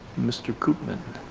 mr. koopman.